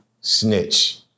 snitch